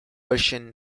russian